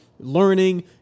learning